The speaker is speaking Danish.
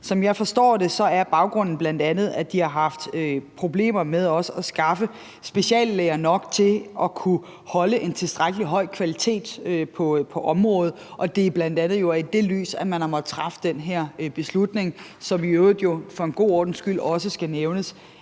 Som jeg forstår det, er baggrunden bl.a., at de har haft problemer med at skaffe speciallæger nok til at kunne holde en tilstrækkelig høj kvalitet på området. Det er bl.a. i det lys, man har måttet træffe den her beslutning, om hvilken det for en god ordens skyld også skal nævnes,